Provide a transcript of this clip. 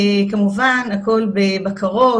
כמובן הכול בבקרות,